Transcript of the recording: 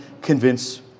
convince